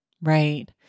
Right